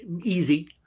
easy